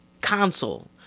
console